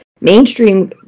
mainstream